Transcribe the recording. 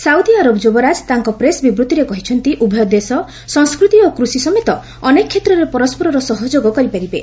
Saudi Arab ଯୁବରାଜ ତାଙ୍କ press ବିବୃଭିରେ କହିଛନ୍ତି ଉଭୟ ଦେଶ ସଂସ୍କୃତି ଓ କୃଷି ସମେତ ଅନେକ କ୍ଷେତ୍ରରେ ପରସ୍କରର ସହଯୋଗ କରିପାରିବେ